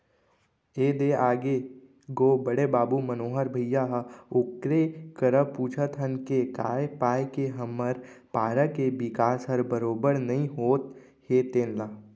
ए दे आगे गो बड़े बाबू मनोहर भइया ह ओकरे करा पूछत हन के काय पाय के हमर पारा के बिकास हर बरोबर नइ होत हे तेन ल